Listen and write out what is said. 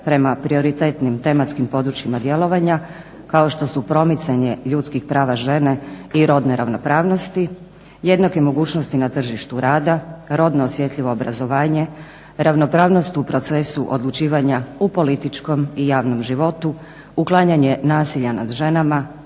prema prioritetnim tematskim područjima djelovanja kao što su promicanje ljudskih prava žene i rodne ravnopravnosti, jednake mogućnosti na tržištu rada, rodno osjetljivo obrazovanje, ravnopravnost u procesu odlučivanja u političkom i javnom životu, uklanjanje nasilja nad